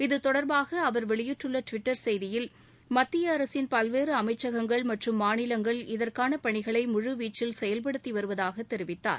இதுதொடர்பாக அவர் வெளியிட்டுள்ள டுவிட்டர் செய்தியில் மத்திய அரசின் பல்வேறு அமைச்சகங்கள் மற்றும் மாநிலங்கள் இதற்கான பணிகளை முழு வீச்சில் செயல்படுத்தி வருவதாக தெரிவித்தார்